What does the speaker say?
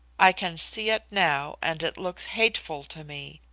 i can see it now and it looks hateful to me.